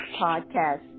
podcast